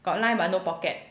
got line but no pocket